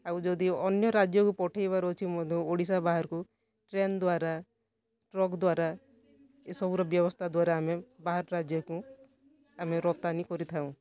ଆଉ ଯଦି ଅନ୍ୟ ରାଜ୍ୟକୁ ପଠେଇବାର ଅଛି ମଧ୍ୟ ଓଡ଼ିଶା ବାହାରକୁ ଟ୍ରେନ୍ ଦ୍ଵାରା ଟ୍ରକ୍ ଦ୍ଵାରା ଏସବୁର ବ୍ୟବସ୍ଥା ଦ୍ଵାରା ଆମେ ବାହାର ରାଜ୍ୟକୁ ଆମେ ରପ୍ତାନୀ କରିଥାଉ